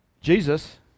Jesus